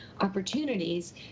opportunities